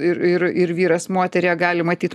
ir ir ir vyras moteryje gali matyt